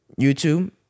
YouTube